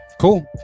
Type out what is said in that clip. Cool